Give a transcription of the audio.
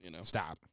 Stop